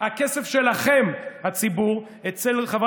הכסף שלכם אצל אחמד טיבי,